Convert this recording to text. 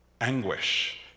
anguish